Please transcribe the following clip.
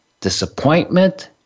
disappointment